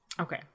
Okay